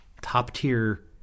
top-tier